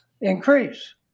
increase